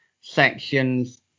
sections